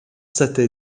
сайтай